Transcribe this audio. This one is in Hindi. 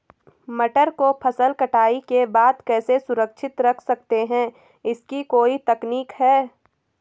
मटर को फसल कटाई के बाद कैसे सुरक्षित रख सकते हैं इसकी कोई तकनीक है?